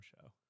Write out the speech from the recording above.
show